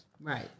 Right